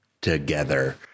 together